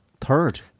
third